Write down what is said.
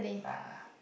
nah